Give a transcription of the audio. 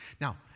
Now